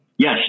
Yes